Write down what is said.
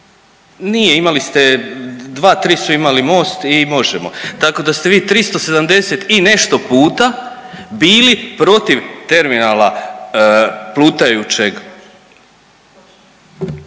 nije imali ste, dva, tri su imali MOST i Možemo, tako da ste vi 370 i nešto puta bili protiv terminala plutajućeg.